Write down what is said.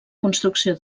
construcció